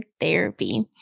Therapy